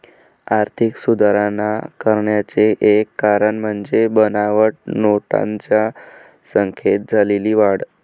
आर्थिक सुधारणा करण्याचे एक कारण म्हणजे बनावट नोटांच्या संख्येत झालेली वाढ